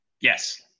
Yes